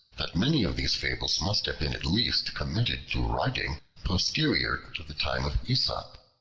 that many of these fables must have been at least committed to writing posterior to the time of aesop,